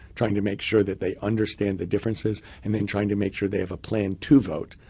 trying to make sure that they understand the differences, and then trying to make sure they have a plan to vote.